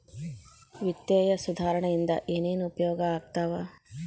ವಿತ್ತೇಯ ಸುಧಾರಣೆ ಇಂದ ಏನೇನ್ ಉಪಯೋಗ ಆಗ್ತಾವ